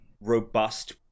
robust